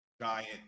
giant